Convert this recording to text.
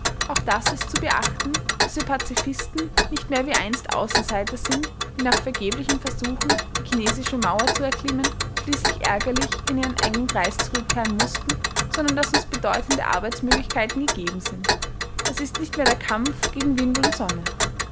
auch das ist zu beachten daß wir pazifisten nicht mehr wie einst außenseiter sind die nach vergeblichen versuchen die chinesische mauer zu erklimmen schließlich ärgerlich in ihren engen kreis zurückkehren mußten sondern daß uns bedeutende arbeitsmöglichkeiten gegeben sind es ist nicht mehr der kampf gegen wind und sonne